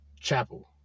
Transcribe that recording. Chapel